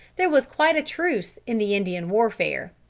there was quite a truce in the indian warfare.